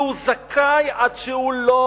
שהוא זכאי עד שהוא לא